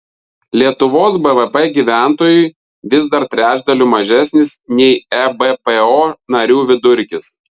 lietuvos bvp gyventojui vis dar trečdaliu mažesnis nei ebpo narių vidurkis